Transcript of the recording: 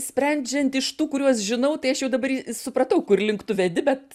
sprendžiant iš tų kuriuos žinau tai aš jau dabar supratau kurlink tu vedi bet